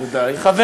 ודי.